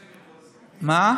מה?